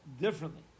differently